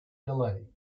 delay